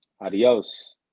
Adios